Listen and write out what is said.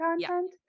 content